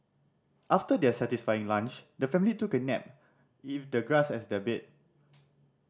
after their satisfying lunch the family took a nap if the grass as their bed